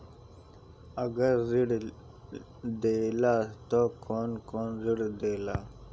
अगर ऋण देला त कौन कौन से ऋण देला?